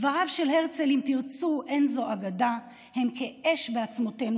דבריו של הרצל "אם תרצו אין זו אגדה" הם כאש בעצמותינו,